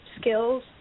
skills